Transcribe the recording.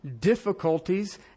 difficulties